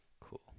Cool